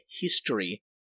history